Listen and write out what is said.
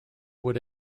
would